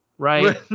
Right